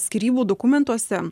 skyrybų dokumentuose